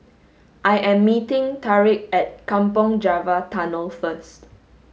I am meeting Tarik at Kampong Java Tunnel first